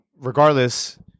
regardless